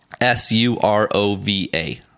S-U-R-O-V-A